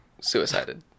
suicided